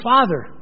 Father